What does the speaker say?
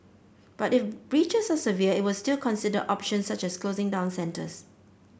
but if breaches are severe it will still consider options such as closing down centres